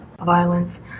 violence